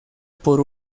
por